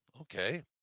okay